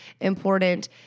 important